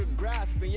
grasp yeah